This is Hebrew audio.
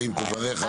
תברך,